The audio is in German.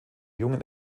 jungen